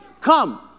come